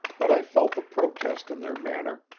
but i felt the protest in their manner.